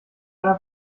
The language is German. einer